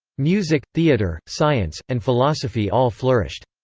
music, theater, science, and philosophy all flourished.